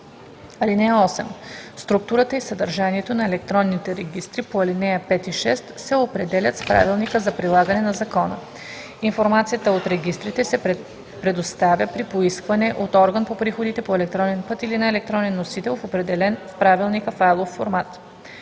им. (8) Структурата и съдържанието на електронните регистри по ал. 5 и 6 се определят с правилника за прилагане на закона. Информацията от регистрите се предоставя при поискване от орган по приходите по електронен път или на електронен носител в определен в правилника файлов формат.